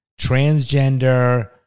transgender-